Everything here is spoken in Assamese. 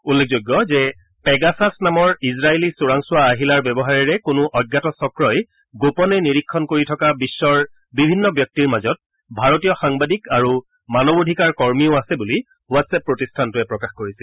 উল্লেখযোগ্য যে পেগাছাছ নামৰ ইজৰাইলী চোৰাংচোৱা আহিলাৰ ব্যৱহাৰেৰে কোনো অজ্ঞাত চক্ৰই গোপনে নিৰীক্ষণ কৰি থকা বিশ্বৰ বিভিন্ন ব্যক্তিৰ মাজত ভাৰতীয় সাংবাদিক আৰু মানৱ অধিকাৰ কৰ্মীও আছে বুলি হোৱাটছএপে প্ৰকাশ কৰিছিল